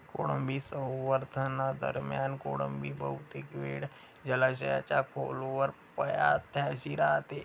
कोळंबी संवर्धनादरम्यान कोळंबी बहुतेक वेळ जलाशयाच्या खोलवर पायथ्याशी राहते